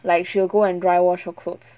like she will go and dry wash her clothes